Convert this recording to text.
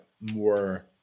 more